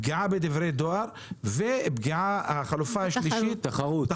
פגיעה בדברי דואר והחלופה השלישית פגיעה בתחרות.